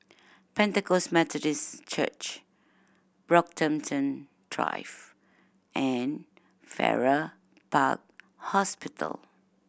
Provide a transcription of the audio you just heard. Pentecost Methodist Church Brockhampton Drive and Farrer Park Hospital